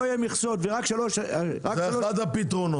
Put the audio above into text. יהיו מכסות ורק שלוש --- זה אחד הפתרונות,